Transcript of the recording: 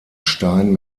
stein